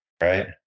right